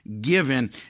given